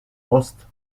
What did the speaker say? ost